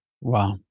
Wow